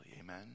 Amen